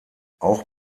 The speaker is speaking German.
auch